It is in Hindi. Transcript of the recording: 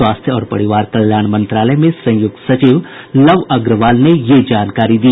स्वास्थ्य और परिवार कल्याण मंत्रालय में संयुक्त सचिव लव अग्रवाल ने यह जानकारी दी